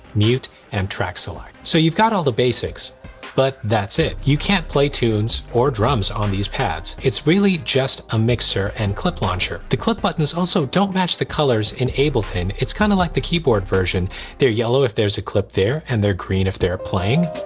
mute and track select so you've got all the basics but that's it you can't play tunes or drums on these pads it's really just a mixer and clip launcher. the clip buttons also don't match the colors in ableton it's kind of like the keyboard version they're yellow if there's a clip there and they're green if they're playing.